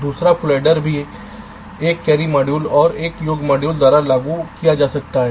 दूसरा full adder भी एक कैरी मॉड्यूल और एक योग मॉड्यूल द्वारा लागू किया जा सकता है